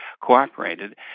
cooperated